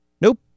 Nope